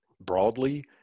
Broadly